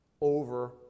over